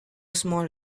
small